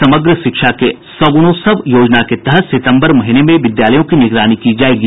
समग्र शिक्षा के सगुणोत्सव योजना के तहत सितम्बर महीने में विद्यालयों की निगरानी की जायेगी